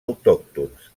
autòctons